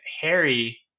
Harry